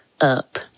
up